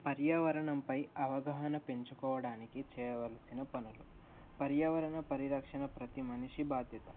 పర్యావరణంపై అవగాహన పెంచుకోవడానికి చేయవలసిన పనులు పర్యావరణ పరిరక్షణ ప్రతీ మనిషి బాధ్యత